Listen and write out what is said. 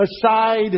aside